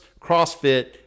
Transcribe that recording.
CrossFit